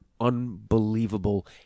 unbelievable